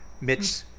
Mitch